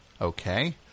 Okay